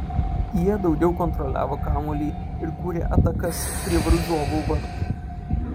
jie daugiau kontroliavo kamuolį ir kūrė atakas prie varžovų vartų